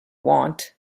want